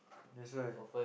that's why